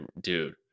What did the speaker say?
dude